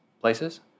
places